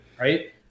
right